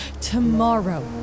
tomorrow